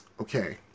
Okay